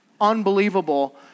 Unbelievable